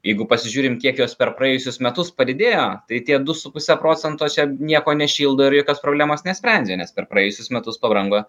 jeigu pasižiūrim kiek jos per praėjusius metus padidėjo tai tie du su puse procento čia nieko nešildo ir jokios problemos nesprendžia nes per praėjusius metus pabrango